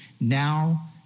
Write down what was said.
now